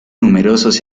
numerosos